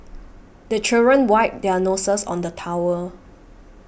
the children wipe their noses on the towel